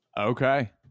Okay